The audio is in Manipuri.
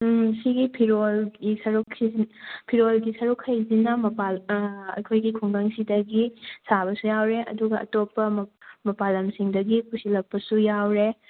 ꯎꯝ ꯁꯤꯒꯤ ꯐꯤꯔꯣꯜꯒꯤ ꯁꯔꯨꯛ ꯐꯤꯔꯣꯜꯒꯤ ꯁꯔꯨꯛꯈꯩꯁꯤꯅ ꯃꯄꯥꯜ ꯑꯩꯈꯣꯏꯒꯤ ꯈꯨꯡꯒꯪꯁꯤꯗꯒꯤ ꯁꯥꯕꯁꯨ ꯌꯥꯎꯔꯦ ꯑꯗꯨꯒ ꯑꯇꯣꯞꯄ ꯃꯄꯥꯜ ꯂꯝꯁꯤꯡꯗꯒꯤ ꯄꯨꯁꯤꯜꯂꯛꯄꯁꯨ ꯌꯥꯎꯔꯦ